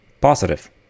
positive